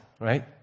right